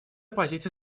позиция